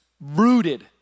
rooted